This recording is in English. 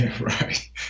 Right